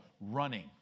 running